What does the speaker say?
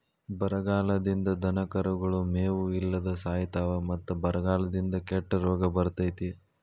ಬರಗಾಲದಿಂದ ದನಕರುಗಳು ಮೇವು ಇಲ್ಲದ ಸಾಯಿತಾವ ಮತ್ತ ಬರಗಾಲದಿಂದ ಕೆಟ್ಟ ರೋಗ ಬರ್ತೈತಿ